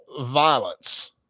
violence